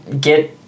get